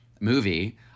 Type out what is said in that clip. movie